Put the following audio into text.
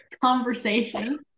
conversation